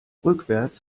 rückwärts